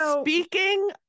speaking